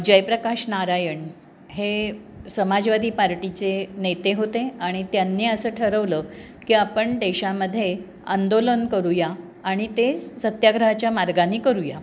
जयप्रकाश नारायण हे समाजवादी पार्टीचे नेते होते आणि त्यांनी असं ठरवलं की आपण देशामधे आंदोलन करूया आणि ते सत्याग्रहाच्या मार्गाने करूया